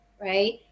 right